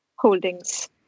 holdings